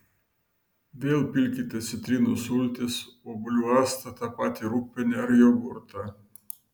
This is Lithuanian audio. vėl pilkite citrinų sultis obuolių actą tą patį rūgpienį ar jogurtą